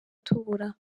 tubura